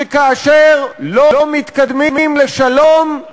שכאשר לא מתקדמים לשלום,